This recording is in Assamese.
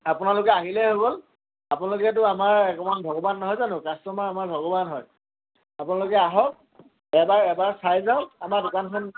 আপোনালোকে আহিলেই হৈ' গ'ল আপোনালোকতো আমাৰ ভগৱান ভগৱান নহয় জানো কাষ্টমাৰ আমাৰ ভগৱান হয় আপোনালোকে আহক এবাৰ এবাৰ চাই যাওক আমাৰ দোকানখন